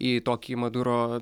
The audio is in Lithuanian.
į tokį maduro